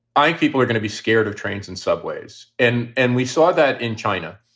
i think people are going to be scared of trains and subways. and and we saw that in china,